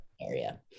area